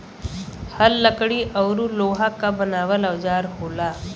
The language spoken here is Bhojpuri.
हल लकड़ी औरु लोहा क बनावल औजार होला